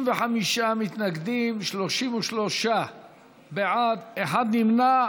55 מתנגדים, 33 בעד, אחד נמנע.